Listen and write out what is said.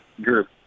group